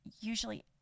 usually